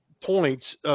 points